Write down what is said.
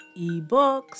Ebooks